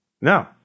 No